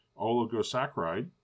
oligosaccharide